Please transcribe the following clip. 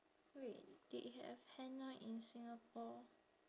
wait they have henna in singapore